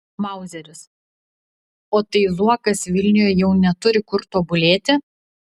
mauzeris o tai zuokas vilniuje jau neturi kur tobulėti